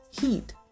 heat